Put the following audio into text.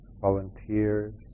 volunteers